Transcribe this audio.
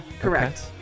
correct